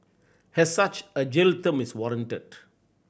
as such a jail term is warranted